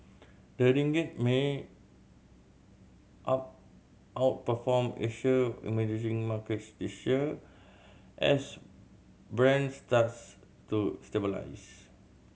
the ringgit may out outperform Asia emerging markets this year as Brent starts to stabilise